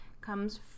comes